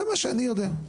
זה מה שאני יודע.